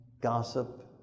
Gossip